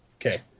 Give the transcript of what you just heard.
Okay